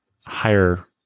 higher